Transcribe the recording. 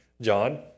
John